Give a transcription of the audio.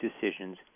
decisions